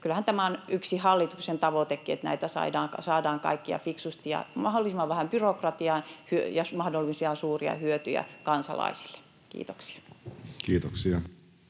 kyllähän tämä on yksi hallituksen tavoitekin, että näitä kaikkia saadaan kehitettyä fiksusti ja mahdollisimman vähällä byrokratialla ja saadaan mahdollisimman suuria hyötyjä kansalaisille. — Kiitoksia.